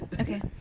Okay